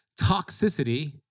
toxicity